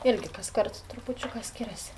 irgi kaskart trupučiuką skiriasi